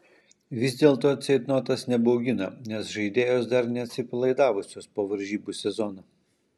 vis dėlto ceitnotas nebaugina nes žaidėjos dar neatsipalaidavusios po varžybų sezono